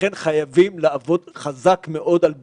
ולכן חייבים לעבוד חזק מאוד על ביזור.